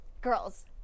girls